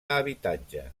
habitatge